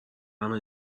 همه